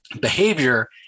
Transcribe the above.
behavior